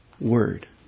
word